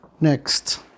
Next